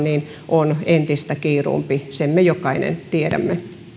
on entistä kiiruumpi sen me jokainen tiedämme